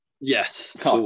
yes